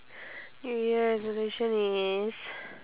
new year resolution is